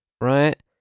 right